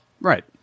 Right